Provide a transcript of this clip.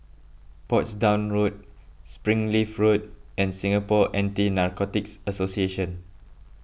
Portsdown Road Springleaf Road and Singapore Anti Narcotics Association